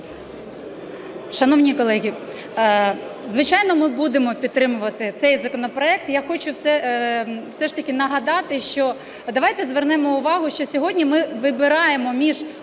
Шановні колеги, звичайно, ми будемо підтримувати цей законопроект. Я хочу все ж таки нагадати, що давайте звернемо увагу, що сьогодні ми вибираємо між